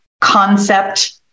concept